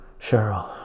Cheryl